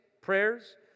prayers